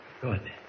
Good